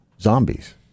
zombies